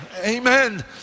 Amen